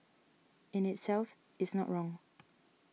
in itself is not wrong